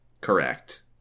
Correct